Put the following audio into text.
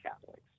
Catholics